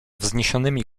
wzniesionymi